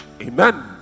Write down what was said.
amen